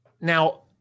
Now